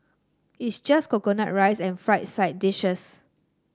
it's just coconut rice and fried side dishes